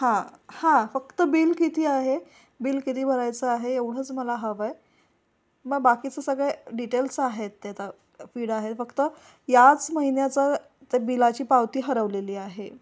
हां हां फक्त बिल किती आहे बिल किती भरायचं आहे एवढंच मला हवं आहे मग बाकीचं सगळे डिटेल्स आहेत ते आता फिड आहे फक्त याच महिन्याचा त्या बिलाची पावती हरवलेली आहे